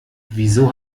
wieso